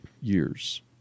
years